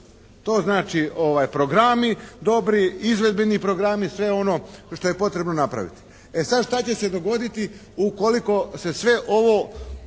To znači programi dobri, izvedbeni programi, sve ono što je potrebno napraviti. E sada, šta će se dogoditi ukoliko se sve ovo